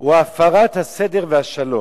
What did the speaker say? או הפרת הסדר והשלום.